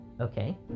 Okay